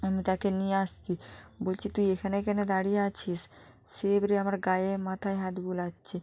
আমি তাকে নিয়ে আসছি বলছি তুই এখানে কেন দাঁড়িয়ে আছিস সে এবারে আমার গায়ে মাথায় হাত বুলাচ্ছে